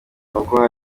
uko